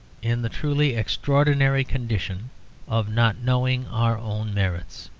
in the truly extraordinary condition of not knowing our own merits.